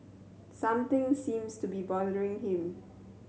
something seems to be bothering him